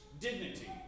dignity